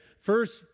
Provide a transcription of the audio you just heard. First